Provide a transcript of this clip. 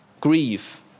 grieve